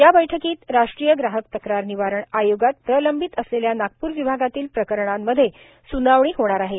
या बैठकीत राष्ट्रीय ग्राहक तक्रार निवारण आयोगात प्रलंबित असलेल्या नागपूर विभागातील प्रकरणांमध्ये सुनावणी होणार आहे